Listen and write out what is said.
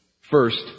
First